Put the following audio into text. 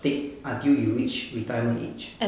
take until you reach retirement age